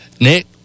Nick